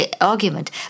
argument